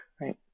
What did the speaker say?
right